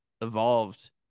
evolved